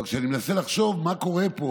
אבל כשאני מנסה לחשוב מה קורה פה,